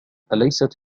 أليست